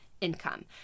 income